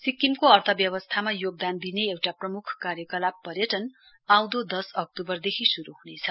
सिक्किमको अर्थव्यवस्थामा योगदान दिने एउटा प्रमुख कार्यकलाप आउँदो दस अक्टूबरदेखि शुरु हुनेछ